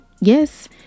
Yes